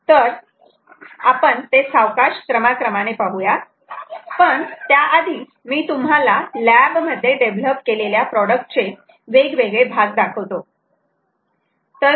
तर आपण ते सावकाश क्रमाक्रमाने पाहू यात पण त्या आधी मी तुम्हाला लॅब मध्ये डेव्हलप केलेल्या प्रॉडक्ट चे हे वेगवेगळे भाग दाखवतो